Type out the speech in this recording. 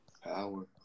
Power